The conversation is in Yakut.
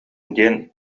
диэн